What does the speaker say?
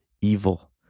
evil